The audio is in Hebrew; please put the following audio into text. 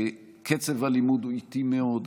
קצב הלימוד הוא איטי מאוד.